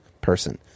person